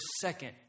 second